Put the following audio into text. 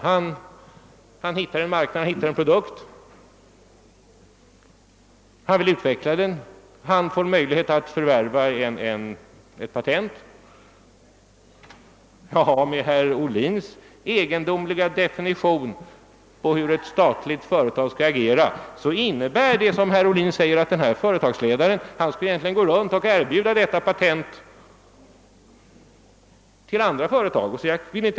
Han hittar en produkt som han vill utveckla, och han får möjlighet att förvärva ett patent. Med herr Ohlins egendomliga upfattning om hur ett statligt företag skall agera borde denne företagare egentligen gå runt och erbjuda detta patent till andra företag.